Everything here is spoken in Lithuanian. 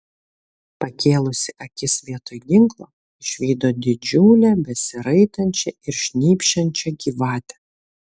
pakėlusi akis vietoj ginklo išvydo didžiulę besiraitančią ir šnypščiančią gyvatę